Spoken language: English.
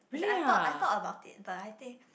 as in I thought I thought about it but I think